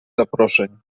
zaproszeń